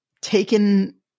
taken